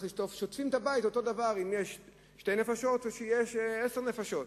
שוטפים את הבית באותה דרך אם יש שתי נפשות או עשר נפשות.